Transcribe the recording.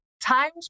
times